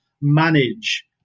manage